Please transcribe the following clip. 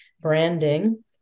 branding